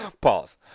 Pause